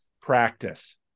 practice